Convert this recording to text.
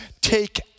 Take